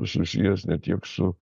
susijęs ne tiek su